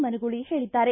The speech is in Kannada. ಮನಗೂಳಿ ಹೇಳಿದ್ದಾರೆ